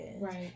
Right